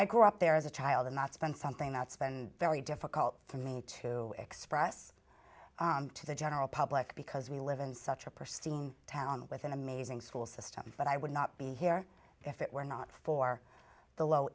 i grew up there as a child and not spend something that's been very difficult for me to express to the general public because we live in such a prestigious town with an amazing school system but i would not be here if it were not for the low